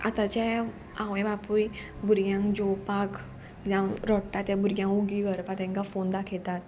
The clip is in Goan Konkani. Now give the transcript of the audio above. आतांचे आवय बापूय भुरग्यांक जेवपाक जावं रोडटा त्या भुरग्यांक उगी करपाक तेंकां फोन दाखयतात